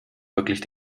wirklich